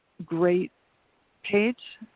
great page